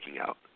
out